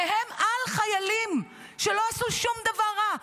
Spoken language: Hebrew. שניהם על חיילים שלא עשו שום דבר רע,